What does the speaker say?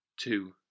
Two